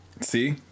See